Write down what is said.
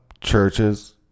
churches